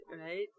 right